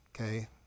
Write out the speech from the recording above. Okay